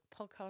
podcast